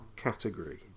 Category